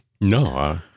No